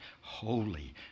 holy